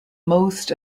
most